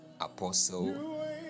Apostle